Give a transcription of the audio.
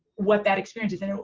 what that experience is, you know,